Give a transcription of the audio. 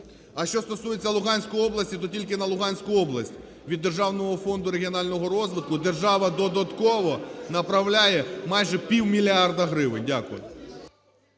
А що стосується Луганської області, то тільки на Луганську область від Державного фонду регіонального розвитку держава додатково направляє майже півмільярда гривень. Дякую.